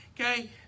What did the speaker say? okay